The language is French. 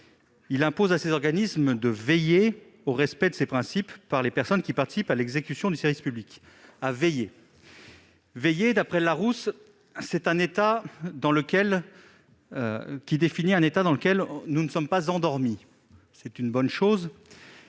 Il impose à ces organismes de veiller au respect de ces principes par les personnes qui participent à l'exécution du service public. J'y insiste :« veiller ». D'après le, c'est un verbe qui définit un état dans lequel nous ne sommes pas endormis. C'est une bonne chose.